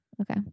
Okay